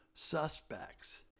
suspects